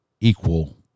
equal